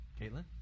Caitlin